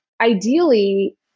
ideally